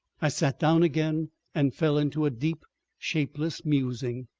i sat down again and fell into a deep shapeless musing.